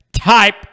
type